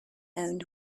owned